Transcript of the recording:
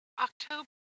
October